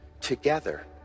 Together